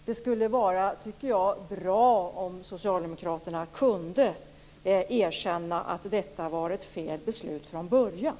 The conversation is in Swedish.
Det skulle vara bra, tycker jag, om socialdemokraterna kunde erkänna att detta var ett felaktigt beslut från början.